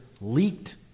leaked